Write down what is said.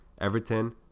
Everton